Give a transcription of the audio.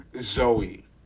zoe